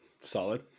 solid